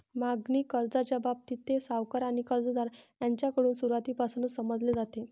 मागणी कर्जाच्या बाबतीत, ते सावकार आणि कर्जदार यांच्याकडून सुरुवातीपासूनच समजले जाते